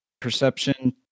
Perception